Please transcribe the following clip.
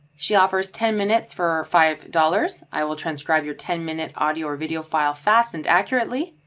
she offers ten minutes for five dollars i will transcribe your ten minute audio or video file fast and accurately.